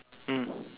mm